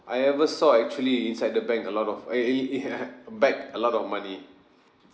I ever saw actually inside the bank a lot of in bag a lot of money